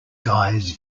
guys